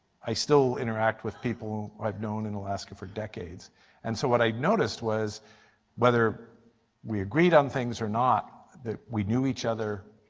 i still interact with people i've known in alaska for decades and so what i noticed was whether we agreed on things or not, that we knew each other,